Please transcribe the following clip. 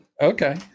Okay